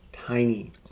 tiny